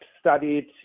studied